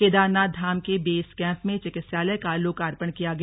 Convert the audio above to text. केदारनाथ धाम के base camp में चिकित्सालय का लोकार्पण किया गया